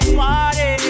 party